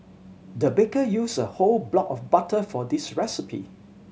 the baker used a whole block of butter for this recipe